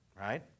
right